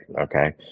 okay